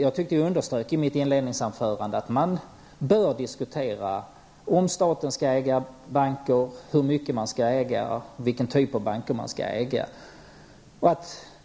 I mitt inledningsanförande underströk jag att man bör undersöka om staten skall äga banker, hur mycket den skall äga och vilken typ av banker det skall vara.